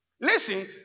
Listen